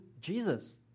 Jesus